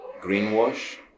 greenwash